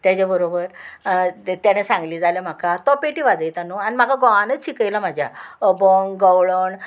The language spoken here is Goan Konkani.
तेज्या बरोबर तेणें सांगली जाल्यार म्हाका तो पेटी वाजयता न्हू आनी म्हाका घोवानूच शिकयला म्हाज्या अभंग गवळण